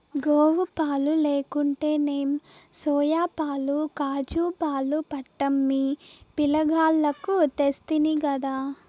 గోవుపాలు లేకుంటేనేం సోయాపాలు కాజూపాలు పట్టమ్మి పిలగాల్లకు తెస్తినిగదా